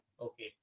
Okay